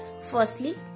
Firstly